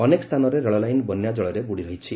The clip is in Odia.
ଅନେକ ସ୍ଥାନରେ ରେଳଲାଇନ୍ ବନ୍ୟା ଜଳରେ ବୁଡ଼ି ରହିଛି